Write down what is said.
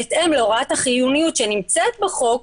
בהתאם לרמת החיוניות שנמצאת בחוק,